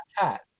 cat